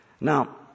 Now